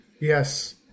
Yes